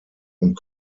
und